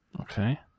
Okay